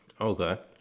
Okay